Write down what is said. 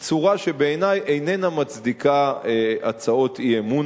היא צורה שבעיני איננה מצדיקה הצעות אי-אמון,